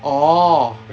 orh